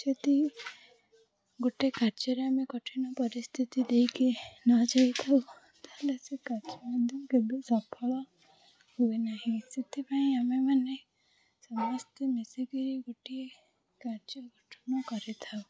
ଜଦି ଗୋଟେ କାର୍ଯ୍ୟରେ ଆମେ କଠିନ ପରିସ୍ଥିତି ଦେଇକି ନ ଯାଇଥାଉ ତା'ହେଲେ ସେ କାର୍ଯ୍ୟ ମଧ୍ୟ କେବେ ସଫଳ ହୁଏ ନାହିଁ ସେଥିପାଇଁ ଆମେମାନେ ସମସ୍ତେ ମିଶିକରି ଗୋଟିଏ କାର୍ଯ୍ୟ ଗଠନ କରିଥାଉ